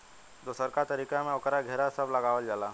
दोसरका तरीका में ओकर घेरा सब लगावल जाला